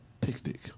Picnic